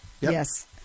Yes